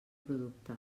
producte